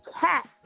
cat